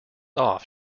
off